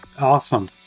Awesome